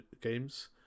games